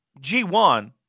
G1